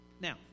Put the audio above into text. Now